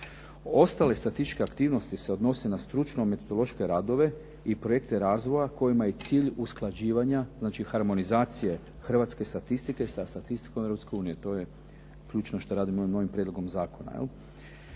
Ostale statističke aktivnosti se odnose na stručno metodološke radove i projekte razvoja kojima je cilj usklađivanja, znači harmonizacije hrvatske statistike sa statistikom Europske unije. To je ključno što radimo i ovim novim prijedlogom zakona.